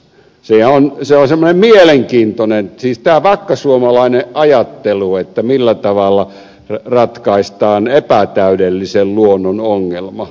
se on mielenkiintoinen tämä vakkasuomalainen ajattelu millä tavalla ratkaistaan epätäydellisen luonnon ongelma